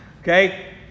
Okay